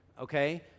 okay